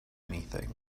anything